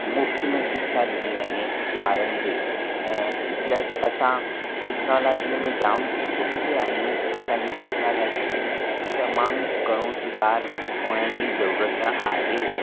मुफ़्तु में शिक्षा ॾिनी वञे ॿारनि खे ऐं प्लस असां टेक्नोलोजी में जामु पुठिते आहियूं असांजी टेक्नोलोजी में तमामु घणो सुधारु हुअण जी ज़रूरत आहे